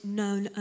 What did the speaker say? known